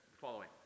following